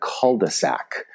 cul-de-sac